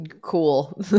Cool